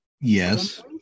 Yes